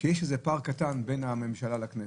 שיש פער קטן בין הממשלה לכנסת,